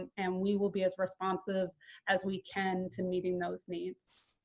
and and we will be as responsive as we can to meeting those needs.